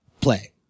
play